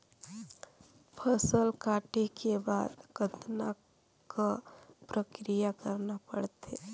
फसल काटे के बाद कतना क प्रक्रिया करना पड़थे?